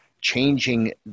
changing